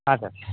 ಹಾಂ ಸರ್